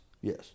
Yes